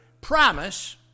promise